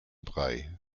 brei